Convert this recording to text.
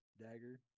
dagger